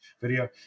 video